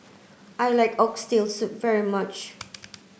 I like oxtail soup very much